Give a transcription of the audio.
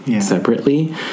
separately